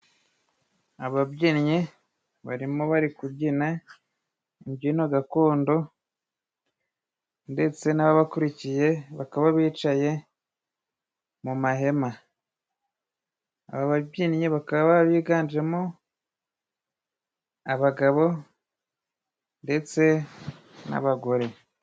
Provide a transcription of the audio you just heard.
Ababyinnyi barimo bari kubyina imbyino gakondo ndetse n'ababakurikiye bakaba bicaye mu mahema. Aba babyinnyi bakaba baba biganjemo abagabo ndetse n'abagore.